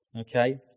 Okay